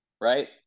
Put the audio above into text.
right